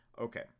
Okay